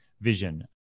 vision